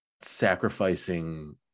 sacrificing